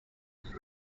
that